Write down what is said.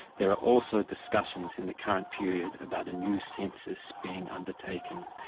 there are also discussions in the current period about a new census being undertaken.